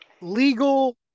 legal